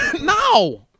no